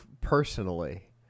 personally